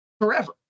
forever